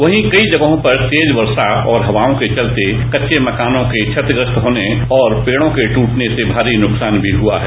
वहीं कई जगहों पर तेज वर्शा और हवाओं के चलते कच्चे मकानों के छतिग्रस्त होने और पेड़ों के ट्रटने से भारी नुकसान भी हआ है